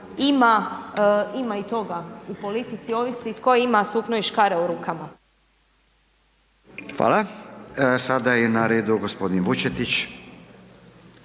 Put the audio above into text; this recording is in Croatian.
ima i toga u politici, ovisi tko ima sukno i škare u rukama. **Radin, Furio (Nezavisni)** Hvala. Sada je na redu gospodin Vučetić.